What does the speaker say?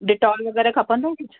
Dettol वग़ैरह खपंदो कुझु